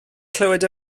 clywed